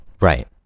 Right